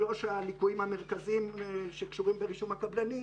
שלושה הליקויים המרכזיים שקשורים ברישום הקבלנים.